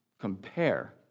compare